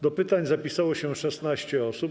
Do pytań zapisało się 16 osób.